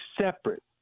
separate